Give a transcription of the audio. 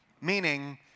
Meaning